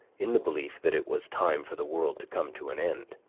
in the belief that it was time for the world to come to an end.